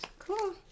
cool